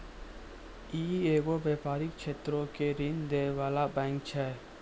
इ एगो व्यपारिक क्षेत्रो के ऋण दै बाला बैंक छै